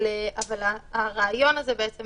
אבל הרעיון הזה הגיע